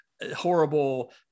horrible